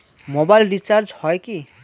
Mobile recharge হয় কি?